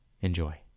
Enjoy